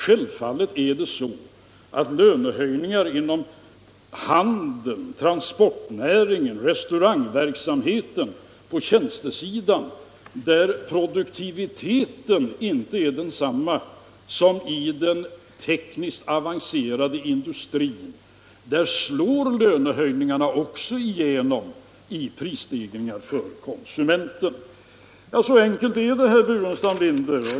Självfallet är det så att lönehöjningar inom handeln, transportnäringen, restaurangverksamheten, på tjänstesidan där produktiviteten inte är densamma som i den tekniskt avancerade industrin slår igenom i prisstegringar för konsumenten. Så enkelt är det, herr Burenstam Linder.